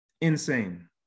insane